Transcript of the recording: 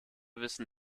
wissen